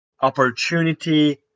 opportunity